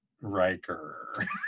Riker